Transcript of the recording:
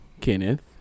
Kenneth